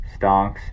stonks